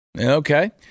okay